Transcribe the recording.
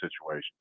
situation